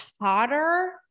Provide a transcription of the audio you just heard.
hotter